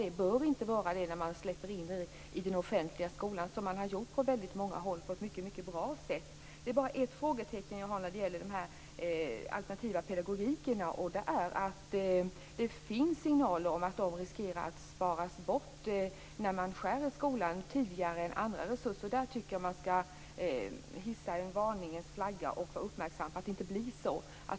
Det bör inte bli några sådana när man släpper in dem i den offentliga skolan som man har gjort på många håll på ett mycket bra sätt. Jag har bara ett frågetecken när det gäller alternativa pedagogiker. Det är att det finns signaler om att de riskerar att sparas bort tidigare än andra resurser när man skär ned på skolans pengar. Där bör man hissa en varningsflagga och vara uppmärksam så att det inte blir så.